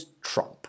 Trump